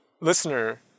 listener